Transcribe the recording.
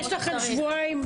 ש לכם שבועיים.